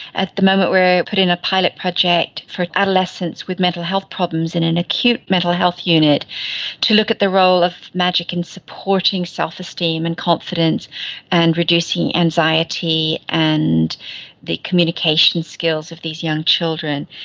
at the moment we put in a pilot project for adolescents with mental health problems in an acute mental health unit to look at the role of magic in supporting self-esteem and confidence and reducing anxiety, and the communication skills of these young children.